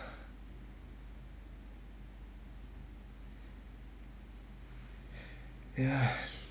yes